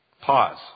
pause